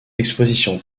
expositions